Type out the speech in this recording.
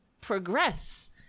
progress